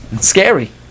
Scary